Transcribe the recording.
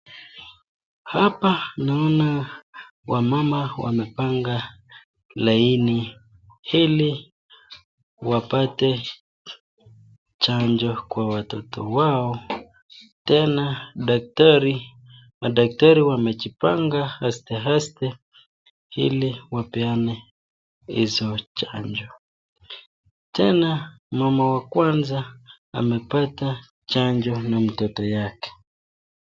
Hapa naona wamama wamepanga laini ili wapate chanjo kwa watoto wao tena daktari, madaktari wamejipanga aste aste ili wapeana hizo chanjo. Tena mama wa kwanza amepata chanjo na mtoto yake.